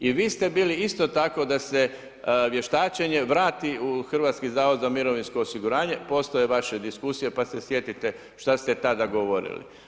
I vi ste bili isto tako, da se vještačenje vrati u Hrvatski zavod za mirovinsko osiguranje, postoje vaše diskusije, pa se sjetite šta ste tada govorili.